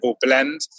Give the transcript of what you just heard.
blend